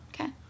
Okay